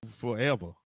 forever